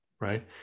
right